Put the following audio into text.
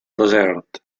desert